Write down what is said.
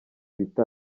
bita